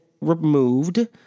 removed